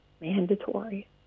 mandatory